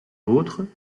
autres